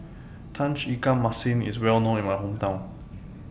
Tauge Ikan Masin IS Well known in My Hometown